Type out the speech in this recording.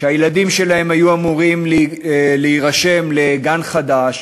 שהילדים שלהם היו אמורים להירשם לגן חדש,